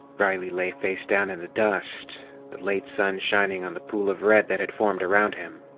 riley lay facedown in the dust, the late sun shining on the pool of red that had formed around him.